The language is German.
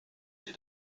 sie